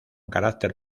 carácter